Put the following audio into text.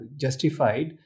justified